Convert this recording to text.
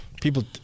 People